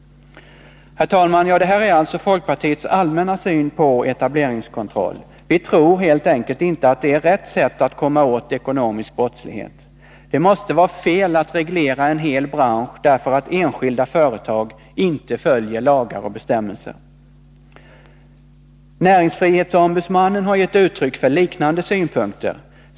Ja, det här är alltså folkpartiets allmänna syn på etableringskontroll. Vi tror helt enkelt inte att det är rätt sätt att komma åt ekonomisk brottslighet. Det måste vara fel att reglera en hel bransch därför att enskilda företag inte följer lagar och bestämmelser. Näringsfrihetsombudsmannen har gett uttryck för liknande synpunkter.